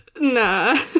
nah